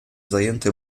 zajęty